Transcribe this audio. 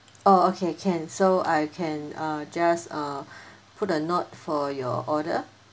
oh okay can so I can uh just uh put a note for your order